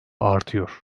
artıyor